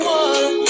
one